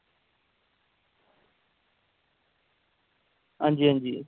आं जी आं जी